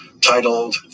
titled